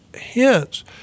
Hence